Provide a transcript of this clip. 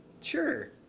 Sure